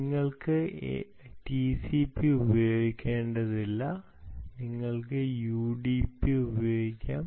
നിങ്ങൾക്ക് TCP ഉപയോഗിക്കേണ്ടതില്ല നിങ്ങൾക്ക് UDP ഉപയോഗിക്കാം